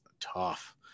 tough